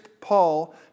Paul